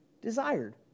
desired